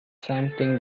something